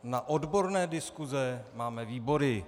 Na odborné diskuse máme výbory.